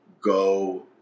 go